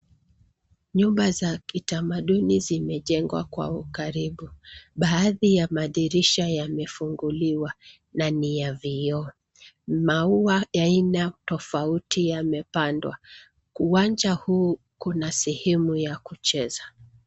Nyumba za kitamaduni zimejengwa kwa ukaribu. Baadhi ya madirirsha yamefunguliwa na ni ya vioo. Maua ya aina tofauti yamepandwa, uwanja huu kuna sehemu ya kucheza.